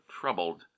troubled